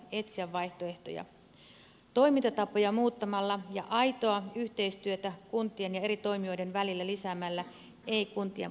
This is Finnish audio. kun toimintatapoja muutetaan ja aitoa yhteistyötä kuntien ja eri toimijoiden välillä lisätään ei kuntien pakkoliitoksia tarvita